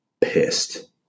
pissed